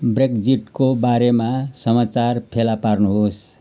ब्रेक्जिटको बारेमा समाचार फेला पार्नुहोस्